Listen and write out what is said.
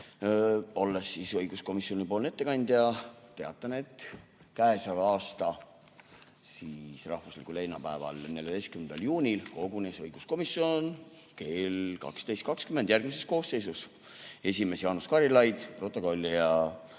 Olles õiguskomisjoni ettekandja, teatan, et käesoleva aasta rahvuslikul leinapäeval, 14. juunil kogunes õiguskomisjon kell 12.20 järgmises koosseisus: esimees Jaanus Karilaid, protokollija